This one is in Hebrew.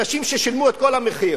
אנשים ששילמו את כל המחיר,